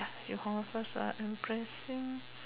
you hold on first embarrassing